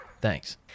Thanks